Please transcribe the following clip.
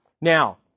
Now